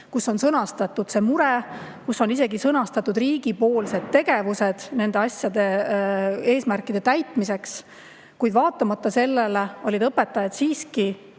kus on sõnastatud see mure ja kus on sõnastatud ka riigipoolsed tegevused nende eesmärkide täitmiseks. Kuid vaatamata sellele olid õpetajad siiski